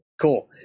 cool